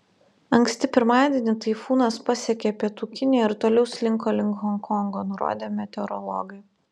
anksti pirmadienį taifūnas pasiekė pietų kiniją ir toliau slinko link honkongo nurodė meteorologai